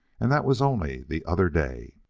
and that was only the other day.